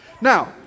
Now